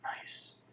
Nice